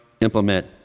implement